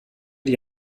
die